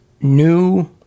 new